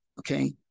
okay